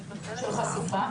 של חשיפה,